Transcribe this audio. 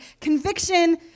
conviction